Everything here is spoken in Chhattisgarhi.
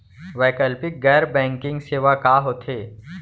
वैकल्पिक गैर बैंकिंग सेवा का होथे?